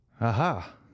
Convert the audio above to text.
aha